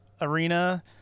arena